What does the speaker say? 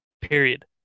Period